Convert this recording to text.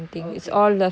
okay